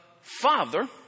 Father